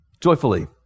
joyfully